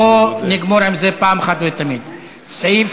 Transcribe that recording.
בואו נגמור עם זה פעם אחת ולתמיד: סעיף